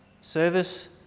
service